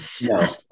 No